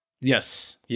Yes